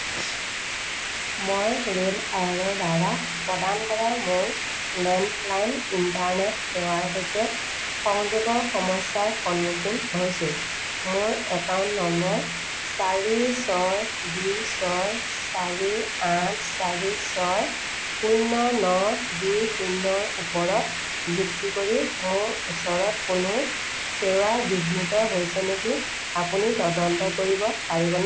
মই ৰেলৱায়াৰৰদ্বাৰা প্ৰদান কৰা মোৰ লেণ্ডলাইন ইণ্টাৰনেট সেৱাৰ সৈতে সংযোগৰ সমস্যাৰ সন্মুখীন হৈছোঁ মোৰ একাউণ্ট নম্বৰ চাৰি ছয় দুই ছয় চাৰি আঠ চাৰি ছয় শূন্য ন দুই শূন্যৰ ওপৰত ভিত্তি কৰি মোৰ ওচৰত কোনো সেৱা বিঘ্নিত হৈছে নেকি আপুনি তদন্ত কৰিব পাৰিবনে